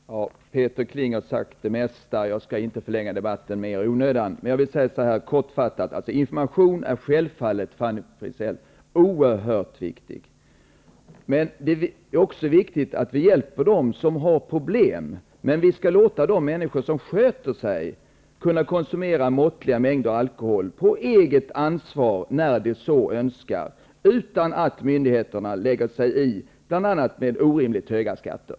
Herr talman! Peter Kling har sagt det mesta. Jag skall inte förlänga debatten mer i onödan. Information är självfallet något oerhört viktigt, Fanny Rizell. Men det är också viktigt att vi hjälper dem som har problem. Men de människor som sköter sig skall kunna konsumera måttliga mängder alkohol på eget ansvar när de så önskar utan att myndigheterna lägger sig i, bl.a. med att lägga på orimligt höga skatter.